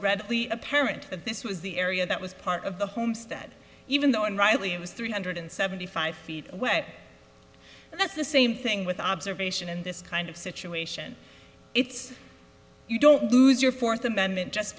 read apparent that this was the area that was part of the homestead even though and rightly it was three hundred seventy five feet away that's the same thing with observation in this kind of situation it's you don't lose your fourth amendment just